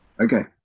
Okay